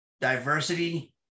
diversity